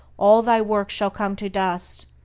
all thy work shall come to dust,